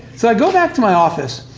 so i go back to my office,